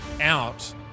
out